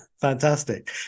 Fantastic